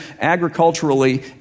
agriculturally